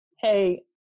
hey